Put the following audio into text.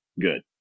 good